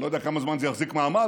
אני לא יודע כמה זמן זה יחזיק מעמד,